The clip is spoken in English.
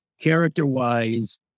character-wise